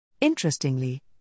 Interestingly